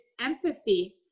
empathy